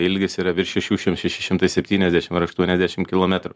ilgis yra virš šešių še šeši šimtai septyniasdešim aštuoniasdešim kilometrų